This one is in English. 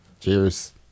Cheers